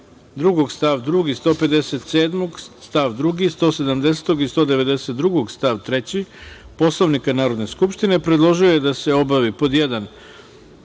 92. stav 2, člana 157. stav 2, člana 170. i 192. stav 3, Poslovnika Narodne skupštine predložio je da se obavi pod 1)